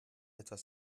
etwas